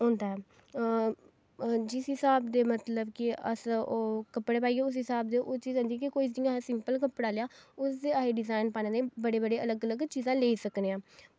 होंदा ऐ ओह् जिस स्हाब दे मतलब कि अस ओह् कपड़े पाइयै जिस स्हाब दे ओह् चीज होंदी कि जि'यां असें सिंपल कपड़ा लैआ उस दे असें डिजाईन बनाने बड़े बड़े अलग अलग चीज़ां लेई सकने आं